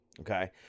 Okay